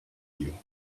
you